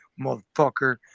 motherfucker